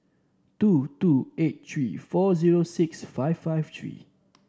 two two eight three four zero six five five three